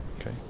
Okay